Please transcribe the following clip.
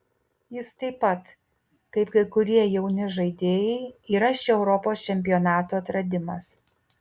jis taip pat kaip kai kurie jauni žaidėjai yra šio europos čempionato atradimas